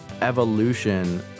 evolution